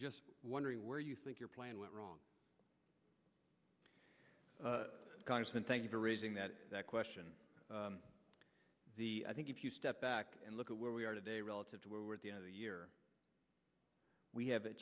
just wondering where you think your plan went wrong congressman thank you for raising that question i think if you step back and look at where we are today relative to where we're at the end of the year we have a